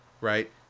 right